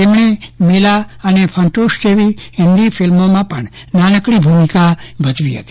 તેમણે મેલા અને ફન્ટુશ જેવી હિન્દી ફિલ્મોમાં નાનકડી ભૂમિકા ભજવી હતી